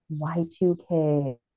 Y2K